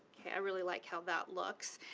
okay, i really like how that looks.